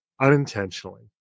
unintentionally